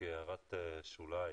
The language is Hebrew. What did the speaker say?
כהערת שוליים.